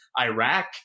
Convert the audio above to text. Iraq